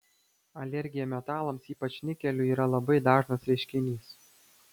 alergija metalams ypač nikeliui yra labai dažnas reiškinys